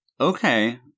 okay